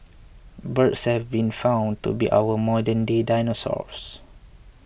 birds have been found to be our modernday dinosaurs